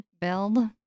build